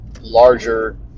larger